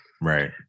right